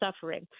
suffering